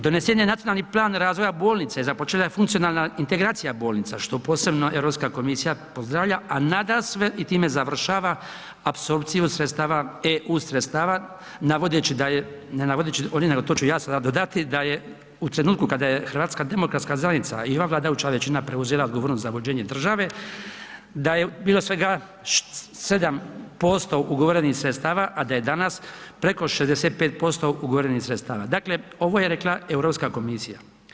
Donesen je Nacionalni plan razvoja bolnica i za početak funkcionalna integracija bolnica što posebno Europska komisija pozdravlja a nadasve i time završava apsorpciju sredstava, eu sredstava navodeći da je, ne navodeći oni nego to ću ja sada dodati da je u trenutku kada je HDZ i ova vladajuća veličina preuzela odgovornost za vođenje države da je bilo svega 7% ugovorenih sredstava a da je danas preko 65% ugovorenih sredstava, dakle ovo je rekla Europska komisija.